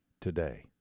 today